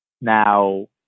now